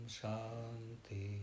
Shanti